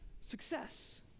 success